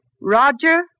Roger